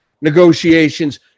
negotiations